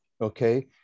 okay